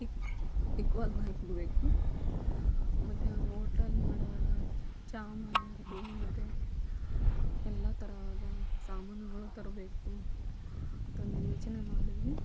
ಇಕ್ ಇಕ್ವಾಲ್ವಾಗಿ ಇರಬೇಕು ಮತ್ತು ಆ ಓಟಲ್ ಮಾಡುವಾಗ ಚಹಾ ಮಾಡಬೇಕು ಮತ್ತು ಎಲ್ಲ ತರಹದ ಸಾಮಾನುಗಳು ತರಬೇಕು ಅಂತಂದು ಯೋಚನೆ ಮಾಡಿದ್ವಿ